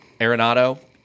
Arenado